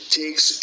takes